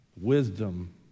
wisdom